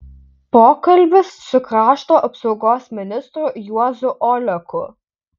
pokalbis su krašto apsaugos ministru juozu oleku